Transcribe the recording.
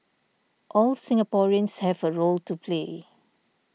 all Singaporeans have a role to play